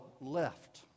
left